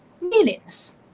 millions